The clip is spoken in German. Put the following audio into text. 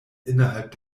innerhalb